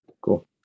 Cool